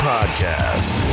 Podcast